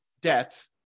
debt